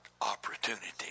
opportunity